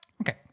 Okay